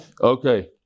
Okay